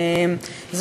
תודה,